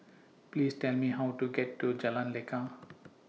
Please Tell Me How to get to Jalan Lekar